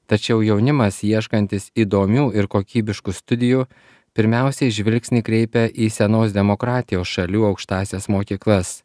tačiau jaunimas ieškantis įdomių ir kokybiškų studijų pirmiausiai žvilgsnį kreipia į senos demokratijos šalių aukštąsias mokyklas